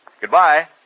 Goodbye